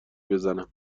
بزنم